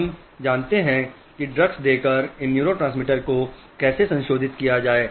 हम जानते हैं कि ड्रग्स देकर इन न्यूरोट्रांसमीटर को कैसे संशोधित किया जाए